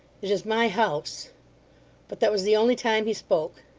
it is my house but that was the only time he spoke.